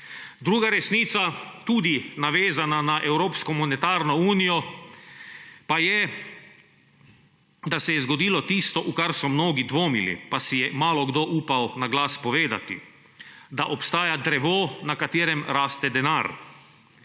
Druga resnica, tudi navezana na evropsko monetarno unijo, pa je, da se je zgodilo tisto, v kar so mnogi dvomili pa si je malokdo upal na glas povedati – da obstaja drevo, na katerem raste denar.